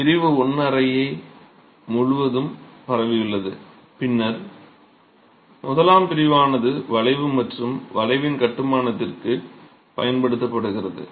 பிரிவு I அறை முழுவதும் பரவியுள்ளது பின்னர் பிரிவு I ஆனது வளைவு மற்றும் வளைவின் கட்டுமானத்திற்காக பயன்படுத்தப்படுகிறது